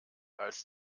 als